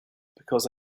because